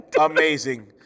Amazing